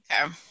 Okay